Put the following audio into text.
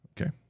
okay